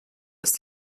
ist